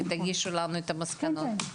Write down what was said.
ותגישו לנו את המסקנות.